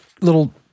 little